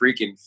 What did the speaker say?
freaking